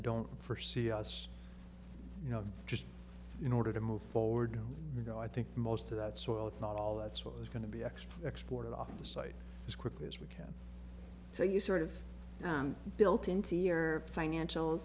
don't forsee us you know just in order to move forward you know i think most of that soil if not all that's what was going to be ex exported off the site as quickly as we can so you sort of built into your financial